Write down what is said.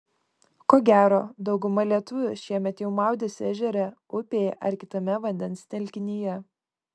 ko gero dauguma lietuvių šiemet jau maudėsi ežere upėje ar kitame vandens telkinyje